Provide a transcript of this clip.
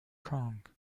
kong